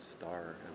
star